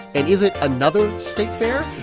and is it another state fair?